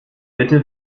bitte